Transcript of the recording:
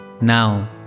Now